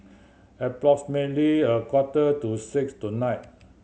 approximately a quarter to six tonight